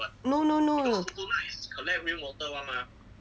no no no